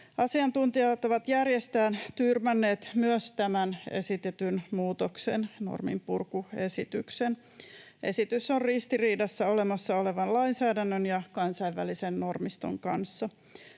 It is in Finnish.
Asiantuntijat ovat järjestään tyrmänneet myös tämän esitetyn muutoksen, norminpurkuesityksen. Esitys on ristiriidassa olemassa olevan lainsäädännön ja kansainvälisen normiston kanssa.